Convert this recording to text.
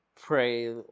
pray